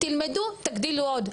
תלמדו תגדילו עוד,